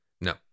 No